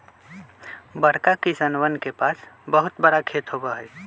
बड़का किसनवन के पास बहुत बड़ा खेत होबा हई